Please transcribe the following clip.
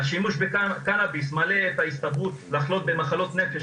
השימוש בקנאביס מעלה את ההסתברות לחלות במחלות נפש,